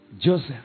Joseph